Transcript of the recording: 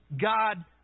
God